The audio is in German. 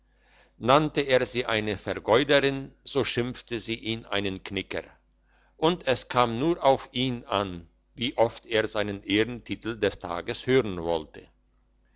nannte er sie eine vergeuderin so schimpfte sie ihn einen knicker und es kam nur auf ihn an wie oft er seinen ehrentitel des tags hören wollte